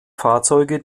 fahrzeuge